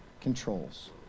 controls